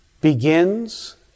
begins